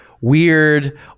weird